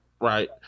Right